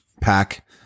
pack